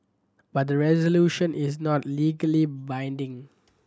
but the resolution is not legally binding